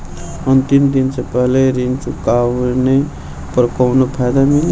अंतिम दिन से पहले ऋण चुकाने पर कौनो फायदा मिली?